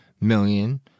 million